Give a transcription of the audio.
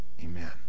Amen